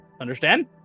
Understand